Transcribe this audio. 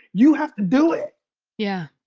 you have to do it yeah